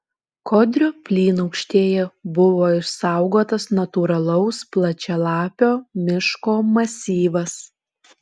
kodrio plynaukštėje buvo išsaugotas natūralaus plačialapio miško masyvas